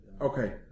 Okay